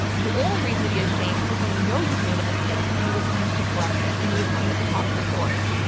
the only reason to be ashamed is when you know you've made a mistake and you refuse to correct it and you refuse to talk to the source.